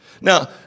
Now